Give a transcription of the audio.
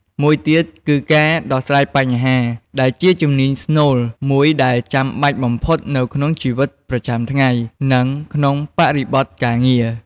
មួយទៀតគឺការដោះស្រាយបញ្ហា ដែលជាជំនាញស្នូលមួយដែលចាំបាច់បំផុតនៅក្នុងជីវិតប្រចាំថ្ងៃ និងក្នុងបរិបទការងារ។